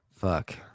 Fuck